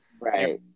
Right